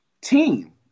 team